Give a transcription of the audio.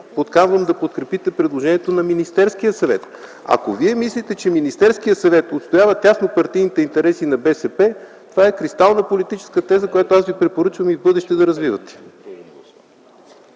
подканвам да подкрепите предложението на Министерския съвет. Ако мислите, че Министерският съвет отстоява теснопартийните интереси на БСП – това е кристална политическа теза, която ви препоръчвам и в бъдеще да развивате.